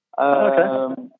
Okay